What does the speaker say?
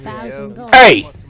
Hey